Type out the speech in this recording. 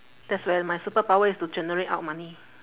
that's where my superpower is to generate out money